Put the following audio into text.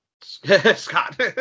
Scott